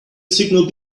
signal